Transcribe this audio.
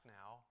now